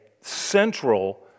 central